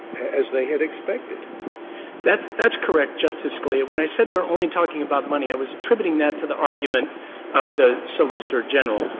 as they had expected. green that's that's correct, justice scalia. when i said we're only talking about money, i was attributing that to the argument of the solicitor general.